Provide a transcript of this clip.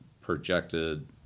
projected